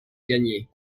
gagner